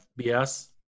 FBS